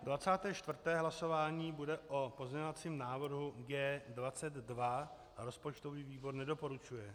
Dvacáté čtvrté hlasování bude o pozměňovacím návrhu G22 a rozpočtový výbor nedoporučuje.